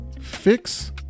fix